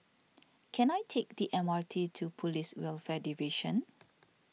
can I take the M R T to Police Welfare Division